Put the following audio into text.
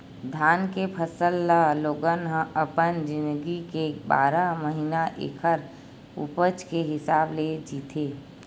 धान के फसल म लोगन ह अपन जिनगी के बारह महिना ऐखर उपज के हिसाब ले जीथे